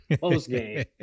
post-game